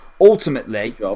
Ultimately